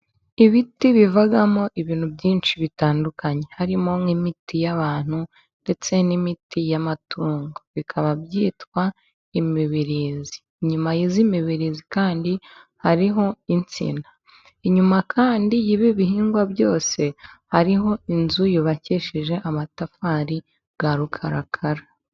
Ibiti bivamo ibintu byinshi bitandukanye harimo, nk'imiti y'abantu ndetse n'imiti y'amatungo, bikaba byitwa imibirizi inyuma' y'imibirizi kandi hariho insina inyuma kandi y'ibi bihingwa byose, hariho inzu yubakishije amatafari ya rukarakara.